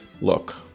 Look